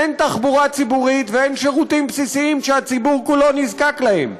אין תחבורה ציבורית ואין שירותים בסיסיים שהציבור כולו נזקק להם.